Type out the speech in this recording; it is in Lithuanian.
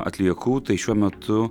atliekų tai šiuo metu